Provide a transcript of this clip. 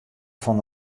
fan